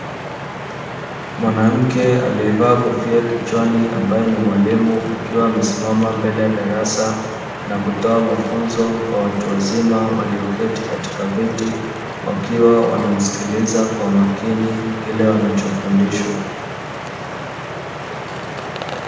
Mwanamke aliyevaa kofia kichwani ambaye ni mwalimu, akiwa amesimama mbele ya darasa na kutoa mafunzo kwa watu wazima walioketi katika viti, wakiwa wanamsikiliza kwa makini kile wanachofundishwa.